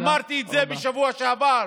אמרתי את זה בשבוע שעבר: